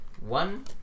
one